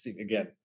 Again